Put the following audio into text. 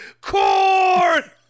corn